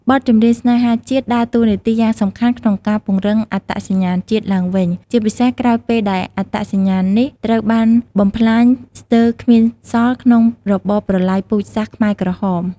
បទចម្រៀងស្នេហាជាតិដើរតួនាទីយ៉ាងសំខាន់ក្នុងការ ពង្រឹងអត្តសញ្ញាណជាតិ ឡើងវិញ ជាពិសេសក្រោយពេលដែលអត្តសញ្ញាណនេះត្រូវបានបំផ្លាញស្ទើរគ្មានសល់ក្នុងរបបប្រល័យពូជសាសន៍ខ្មែរក្រហម។